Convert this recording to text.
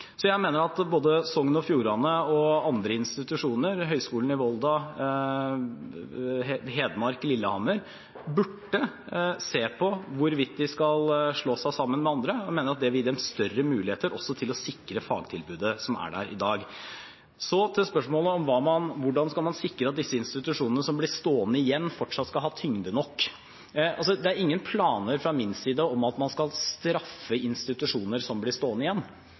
Så jeg mener at man både i Sogn og Fjordane og andre institusjoner, Høgskulen i Volda, Høgskolen i Hedmark, Lillehammer, burde se på hvorvidt de skal slå seg sammen med andre. Jeg mener at det vil gi dem større muligheter også til å sikre fagtilbudet som er der i dag. Så til spørsmålet om hvordan man skal sikre at disse institusjonene som blir stående igjen, fortsatt skal ha tyngde nok. Det er ingen planer fra min side om at man skal straffe institusjoner som blir stående igjen,